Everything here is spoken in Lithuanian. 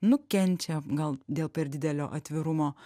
nukenčia gal dėl per didelio atvirumo